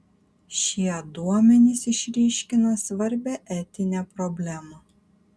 šie duomenys išryškina svarbią etinę problemą